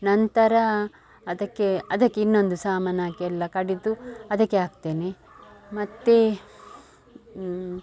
ನಂತರ ಅದಕ್ಕೆ ಅದಕ್ಕೆ ಇನ್ನೊಂದು ಸಾಮಾನಾಕಿ ಎಲ್ಲ ಕಡೆದು ಅದಕ್ಕೆ ಹಾಕ್ತೇನೆ ಮತ್ತು